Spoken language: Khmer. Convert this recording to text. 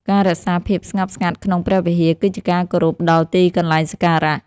ការរក្សាភាពស្ងប់ស្ងាត់ក្នុងព្រះវិហារ គឺជាការគោរពដល់ទីកន្លែងសក្ការៈ។